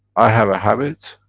i have a habit,